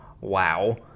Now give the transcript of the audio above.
wow